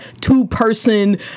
two-person